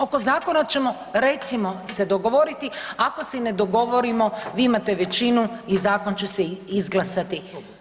Oko zakona ćemo recimo se dogovoriti, ako se i ne dogovorimo vi imate većinu i zakon će se izglasati.